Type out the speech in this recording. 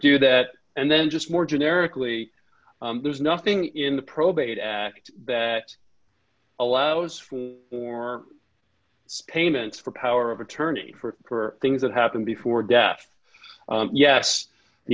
do that and then just more generically there's nothing in the probate act that allows for payment for power of attorney for things that happened before death yes the